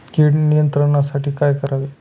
कीड नियंत्रणासाठी काय करावे?